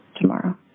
tomorrow